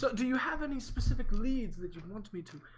so do you have any specific leads that you want me to.